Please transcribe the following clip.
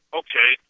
okay